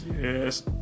Yes